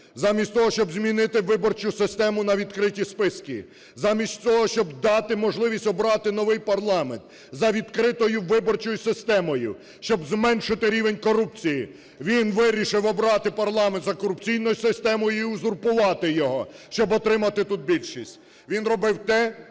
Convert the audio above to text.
Замість того, щоб змінити виборчу систему на відкриті списки, замість того, щоб дати можливість обрати новий парламент за відкритою виборчою системою, щоб зменшити рівень корупції, він вирішив обрати парламент за корупційною системою і узурпувати його, щоб отримати тут більшість. Він робив те,